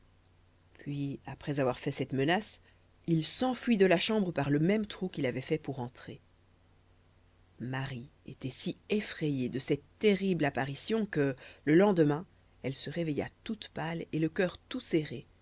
puis après avoir fait cette menace il s'enfuit de la chambre par le même trou qu'il avait fait pour entrer marie était si effrayée de cette terrible apparition que le lendemain elle se réveilla toute pâle et le cœur tout serré